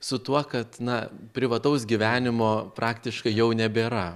su tuo kad na privataus gyvenimo praktiškai jau nebėra